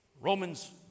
Romans